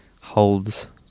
holds